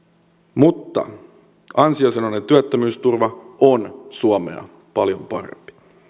mutta ansiosidonnainen työttömyysturva on suomea paljon parempi